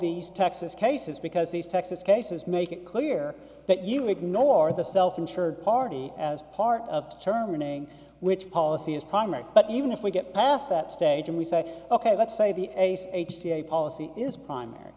these texas cases because these texas cases make it clear that you ignore the self insured party as part of terminating which policy is primary but even if we get past that stage and we say ok let's say the ace h c a policy is primary